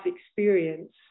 experience